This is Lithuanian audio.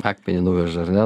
akmenį nuveža ar ne